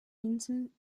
inseln